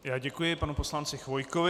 Já děkuji panu poslanci Chvojkovi.